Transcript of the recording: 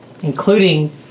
including